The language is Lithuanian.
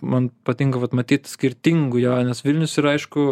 man patinka vat matyt skirtingų jo nes vilnius yra aišku